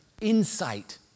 insight